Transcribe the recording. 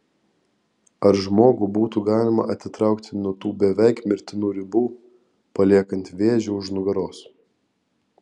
ar žmogų būtų galima atitraukti nuo tų beveik mirtinų ribų paliekant vėžį už nugaros